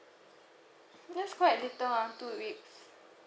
that's quite little ah two weeks